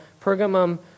Pergamum